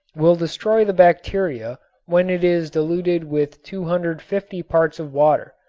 will destroy the bacteria when it is diluted with two hundred fifty parts of water,